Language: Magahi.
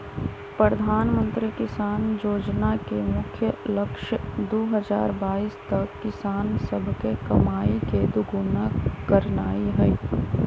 प्रधानमंत्री किसान जोजना के मुख्य लक्ष्य दू हजार बाइस तक किसान सभके कमाइ के दुगुन्ना करनाइ हइ